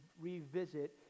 revisit